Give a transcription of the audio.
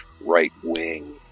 right-wing